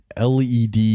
LED